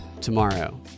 tomorrow